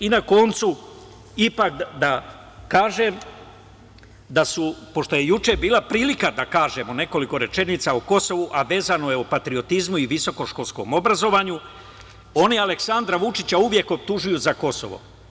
Na kraju, ipak da kažem, pošto je juče bila prilika da kažemo nekoliko rečenica o Kosovu, a vezano je o patriotizmu i visokoškolskom obrazovanju, oni Aleksandra Vučića uvek optužuju za Kosovo.